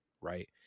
right